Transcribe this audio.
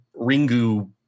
Ringu